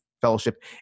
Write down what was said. fellowship